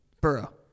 Burrow